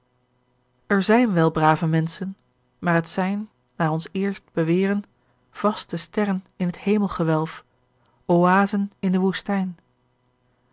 er zijn wel brave menschen maar het zijn naar ons eerst boweren vaste sterren in het hemelgewelf oasen in de woestijn